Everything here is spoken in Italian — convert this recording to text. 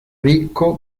ricco